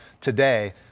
today